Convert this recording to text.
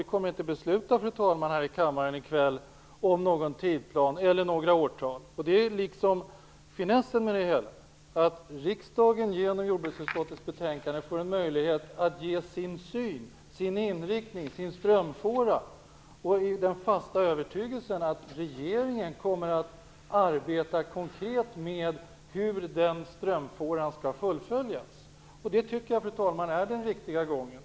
Vi kommer inte att, fru talman, här i kväll fatta beslut om någon tidsplan eller några årtal. Det är liksom finessen med det hela. Genom jordbruksutskottets betänkande får riksdagen en möjlighet att ge sin syn, sin inriktning och sin strömfåra i den fasta övertygelsen om att regeringen kommer att arbeta konkret med hur den strömfåran skall fullföljas. Det tycker jag, fru talman, är den riktiga gången.